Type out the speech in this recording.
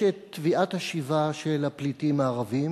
את תביעת השיבה של הפליטים הערבים,